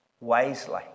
wisely